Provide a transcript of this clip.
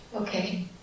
Okay